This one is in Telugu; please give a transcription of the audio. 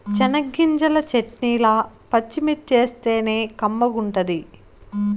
చెనగ్గింజల చెట్నీల పచ్చిమిర్చేస్తేనే కమ్మగుంటది